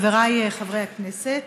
חבריי חברי הכנסת,